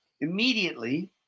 immediately